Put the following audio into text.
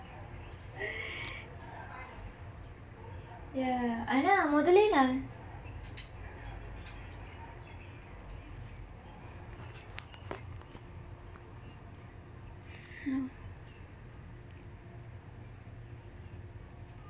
yah ஆனா முதலயே நான்:aanaa muthalayee naan